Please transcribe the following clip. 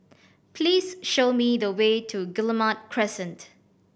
please show me the way to Guillemard Crescent